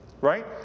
right